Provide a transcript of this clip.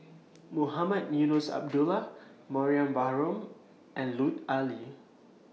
Mohamed Eunos Abdullah Mariam Baharom and Lut Ali